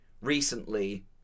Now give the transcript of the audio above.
recently